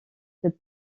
cet